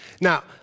Now